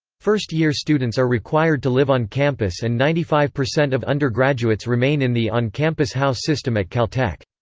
first-year students are required to live on campus and ninety five percent of undergraduates remain in the on-campus house system at caltech.